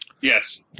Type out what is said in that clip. Yes